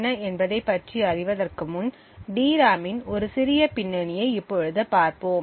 Rowhammer என்றால் என்ன என்பதை பற்றி அறிவதற்கு முன் டிராமின் ஒரு சிறிய பின்னணியை இப்பொழுது பார்ப்போம்